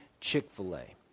Chick-fil-A